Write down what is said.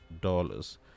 dollars